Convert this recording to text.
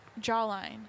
jawline